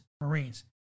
Marines